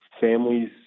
families